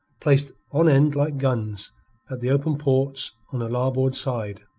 placed on end like guns at the open ports on her larboard side.